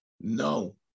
no